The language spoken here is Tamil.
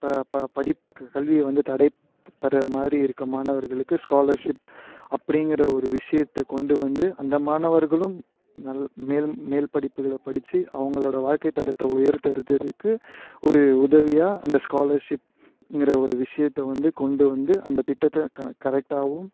படிப்பு கல்வியை வந்து தடைப்படுற மாதிரி இருக்க மாணவர்களுக்கு ஸ்காலர்ஷிப் அப்படிங்கிற ஒரு விஷயத்த கொண்டு வந்து அந்த மாணவர்களும் நல்ல மேல் மேல் படிப்புகளை படித்து அவங்களோட வாழ்க்கை தரத்தை உயர்த்துகிறதுக்கு ஒரு உதவியாக அந்த ஸ்காலர்ஷிப்ங்கிற ஒரு விஷயத்த வந்து கொண்டு வந்து அந்த திட்டத்தை கரெக்டாகவும்